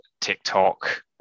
TikTok